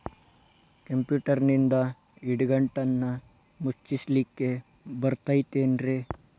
ಕಂಪ್ಯೂಟರ್ನಿಂದ್ ಇಡಿಗಂಟನ್ನ ಮುಚ್ಚಸ್ಲಿಕ್ಕೆ ಬರತೈತೇನ್ರೇ?